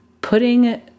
putting